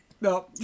no